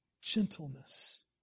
gentleness